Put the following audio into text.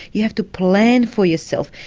you have to plan for yourself.